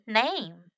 name